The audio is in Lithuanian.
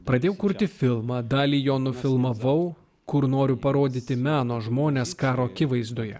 pradėjau kurti filmą dalį jo nufilmavau kur noriu parodyti meno žmones karo akivaizdoje